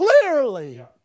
clearly